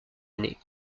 année